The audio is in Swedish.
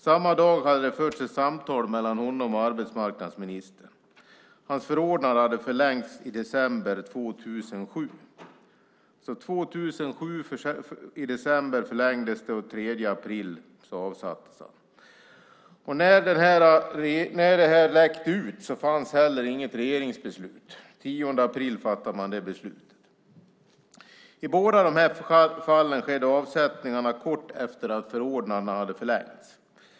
Samma dag hade det förts ett samtal mellan honom och arbetsmarknadsministern. Hans förordnande hade förlängts i december 2007. I december 2007 förlängdes det, och den 3 april avsattes han. När det här läckte ut fanns det heller inget regeringsbeslut. Den 10 april fattade man det beslutet. I båda de här fallen skedde avsättningarna kort efter det att dessa förordnanden hade förlängts.